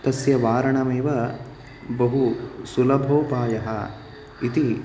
तस्य वारणमेव बहुसुलभोपायः इति